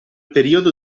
periodo